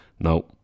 no